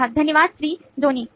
ग्राहक धन्यवाद श्रीजोनी